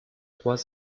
trois